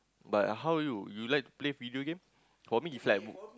but are you you like to play video game for me it's like